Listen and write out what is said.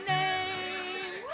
name